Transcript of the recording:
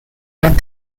read